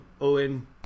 Owen